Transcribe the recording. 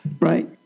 Right